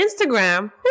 Instagram